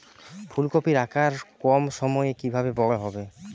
ফুলকপির আকার কম সময়ে কিভাবে বড় হবে?